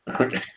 Okay